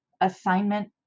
assignment